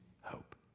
hope